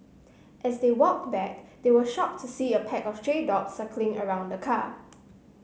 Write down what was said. as they walked back they were shocked to see a pack of stray dogs circling around the car